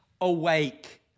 awake